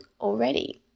already